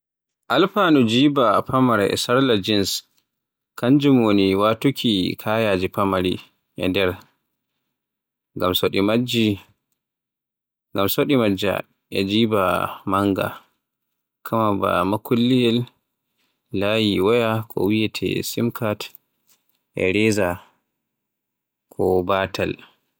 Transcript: Alfanu jiba famara e sarla jins, kanjum woni watuuki kayaaji famari e nder, ngam so ɗi majji, ngam so ɗi majja e jiba mannga. Kama ba makulliyel, kayi waya ko wiyeete sim kad e rezawa ko bataal.